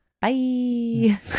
Bye